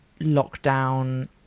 lockdown